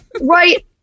right